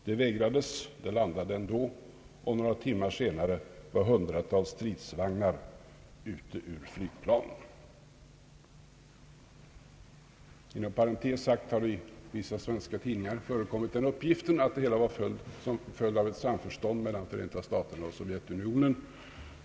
Det vägrades men landade ändå, och några timmar senare var hundratals stridsvagnar på tjeckiskt område. I vissa svenska tidningar har den uppgiften förekommit att hela aktionen var en följd av ett samförstånd mellan Förenta staterna och Sovjetunionen.